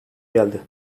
geldi